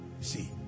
See